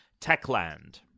Techland